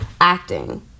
Acting